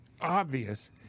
obvious